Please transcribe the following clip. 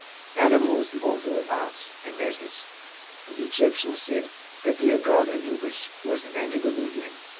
adam was the author of arts and letters. the egyptians said that their god anubis was an antediluvian,